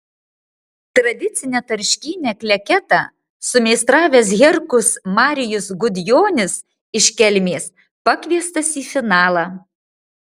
tradicinę tarškynę kleketą sumeistravęs herkus marijus gudjonis iš kelmės pakviestas į finalą